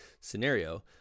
scenario